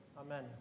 Amen